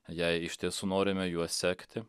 jei iš tiesų norime juo sekti